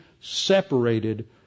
separated